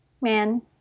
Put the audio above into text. man